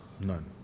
none